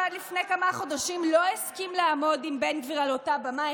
שעד לפני כמה חודשים לא הסכים לעמוד עם בן גביר על אותה במה,